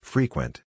Frequent